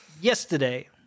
yesterday